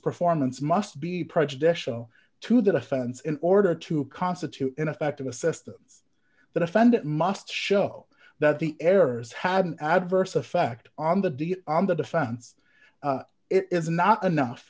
performance must be prejudicial to the offense in order to constitute ineffective assistance that offended must show that the errors had an adverse effect on the d on the defense it is not enough